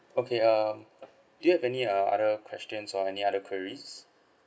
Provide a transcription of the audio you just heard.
okay um do you have any uh other questions or any other queries